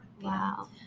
Wow